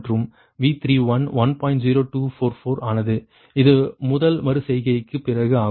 0244 ஆனது இது முதல் மறு செய்கைக்குப் பிறகு ஆகும்